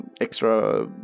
extra